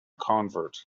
convert